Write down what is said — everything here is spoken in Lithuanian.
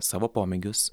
savo pomėgius